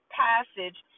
passage